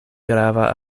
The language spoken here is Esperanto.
grava